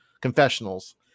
confessionals